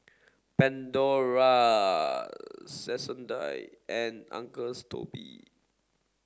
Pandora Sensodyne and Uncle Toby